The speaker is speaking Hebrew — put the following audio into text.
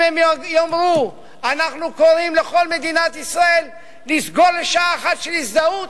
אם הם יאמרו: אנחנו קוראים לכל מדינת ישראל לסגור לשעה אחת של הזדהות,